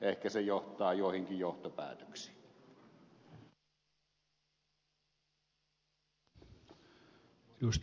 ehkä se johtaa joihinkin johtopäätöksiin